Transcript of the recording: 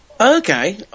Okay